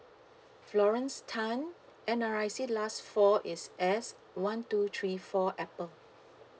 florence tan N_R_I_C last four is S one two three four apple